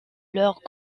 leurs